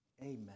Amen